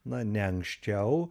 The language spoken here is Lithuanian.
na ne anksčiau